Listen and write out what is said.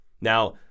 Now